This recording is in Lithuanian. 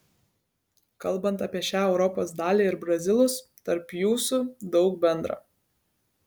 kalbant apie šią europos dalį ir brazilus tarp jūsų daug bendra